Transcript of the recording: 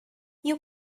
you